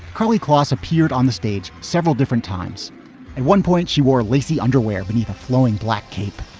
karlie kloss appeared on the stage several different times. at one point she wore lacy underwear beneath a flowing black cape.